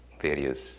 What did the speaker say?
various